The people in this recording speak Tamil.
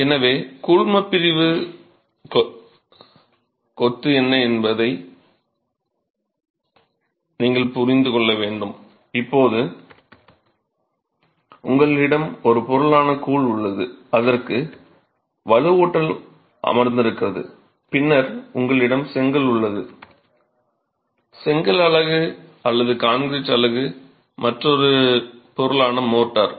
எனவே கூழ்மப்பிரிப்பு தன்மை என்ன என்பதை நீங்கள் புரிந்து கொள்ள வேண்டும் இப்போது உங்களிடம் ஒரு பொருளான கூழ் உள்ளது அதற்குள் வலுவூட்டல் அமர்ந்திருக்கிறது பின்னர் உங்களிடம் செங்கல் உள்ளது செங்கல் அலகு அல்லது கான்கிரீட் அலகு மற்றொரு பொருளான மோர்ட்டார்